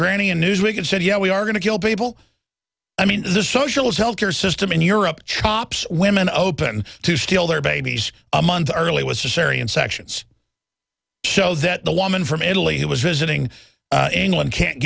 granny in newsweek and said yeah we are going to kill people i mean this socialist health care system in europe chops women open to steal their babies a month early was a syrian sections so that the woman from entally who was visiting england can't